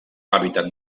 hàbitat